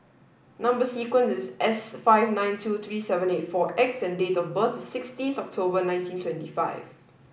number sequence is S five nine two three seven eight four X and date of birth is sixteen October nineteen twenty five